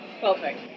Perfect